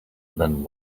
then